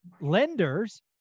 lenders